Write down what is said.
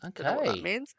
Okay